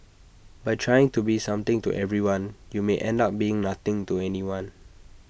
by trying to be something to everyone you may end up being nothing to anyone